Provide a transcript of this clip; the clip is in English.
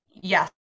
yes